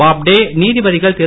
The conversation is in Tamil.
போப்டே நீதிபதிகள் திரு